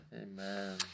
Amen